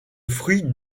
fruit